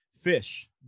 fish